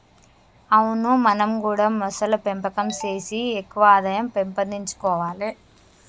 అవును మనం గూడా మొసళ్ల పెంపకం సేసి ఎక్కువ ఆదాయం పెంపొందించుకొవాలే